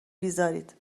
بیزارید